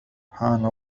حان